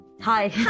Hi